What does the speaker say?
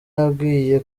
yabwiye